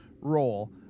role